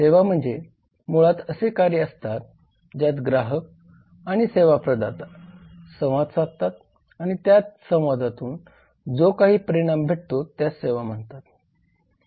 सेवा म्हणजे मुळात असे कार्य असतात ज्यात ग्राहक आणि सेवा प्रदाता संवाद साधतात आणि त्या संवादातून जो काही परिणाम भेटतो त्यास सेवा म्हणतात